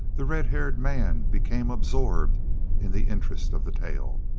the red-haired man became absorbed in the interest of the tale.